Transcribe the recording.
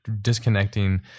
disconnecting